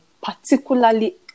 particularly